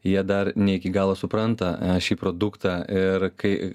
jie dar ne iki galo supranta šį produktą ir kai